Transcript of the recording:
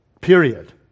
period